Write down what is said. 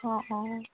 অঁ অঁ